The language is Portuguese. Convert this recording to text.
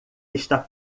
está